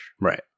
Right